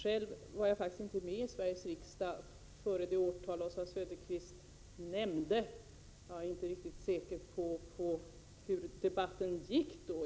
Jag var själv inte med i Sveriges riksdag före det årtal han nämnde, och jag är inte riktigt säker på hur debatten gick då.